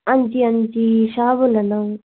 अंजी अंजी शाह् बोल्लै ना अ'ऊं